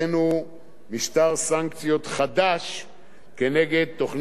משטר סנקציות חדש כנגד תוכנית הגרעין של אירן.